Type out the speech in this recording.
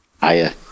Hiya